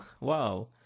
Wow